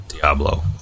Diablo